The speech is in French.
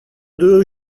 deux